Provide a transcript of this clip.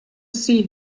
see